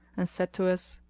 and said to us,